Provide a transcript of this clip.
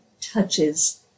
touches